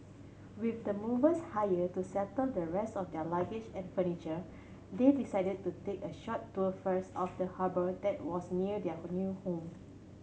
with the movers hired to settle the rest of their luggage and furniture they decided to take a short tour first of the harbour that was near their new home